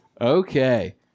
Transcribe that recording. Okay